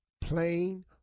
plain